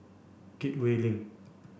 Gateway Link